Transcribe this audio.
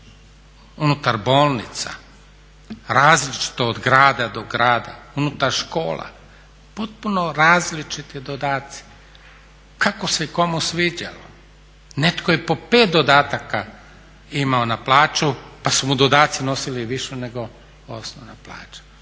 unutar bolnica različito od grada do grada, unutar škola potpuno različiti dodaci kako se kome sviđalo. Netko je po pet dodataka imao na plaću, pa su mu dodaci nosili višu nego osnovnu plaću.